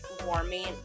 warming